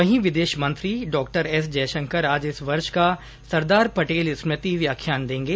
वहीं विदेश मंत्री डॉक्टर एस जयशंकर आज इस वर्ष का सरदार पटेल स्मृति व्याख्यान देंगे